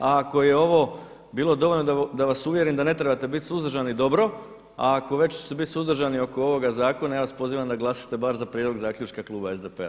A ako je ovo bilo dovoljno da vas uvjerim da ne trebate bit suzdržani dobro, a ako već ćete biti suzdržani oko ovoga zakona, ja vas pozivam da glasate bar za prijedlog zaključka kluba SDP-a.